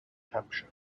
hampshire